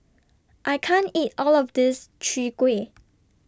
I can't eat All of This Chwee Kueh